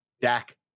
Dak